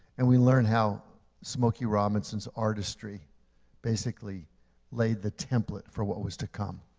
and we learn how smokey robinson's artistry basically laid the template for what was to come.